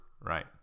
right